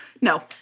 No